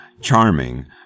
charming